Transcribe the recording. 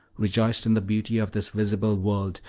rejoiced in the beauty of this visible world,